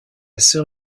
sœur